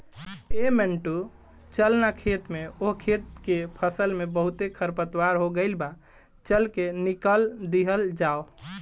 ऐ मंटू चल ना खेत में ओह खेत के फसल में बहुते खरपतवार हो गइल बा, चल के निकल दिहल जाव